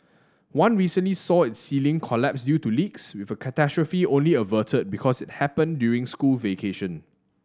one recently saw its ceiling collapse due to leaks with a catastrophe only averted because it happened during school vacation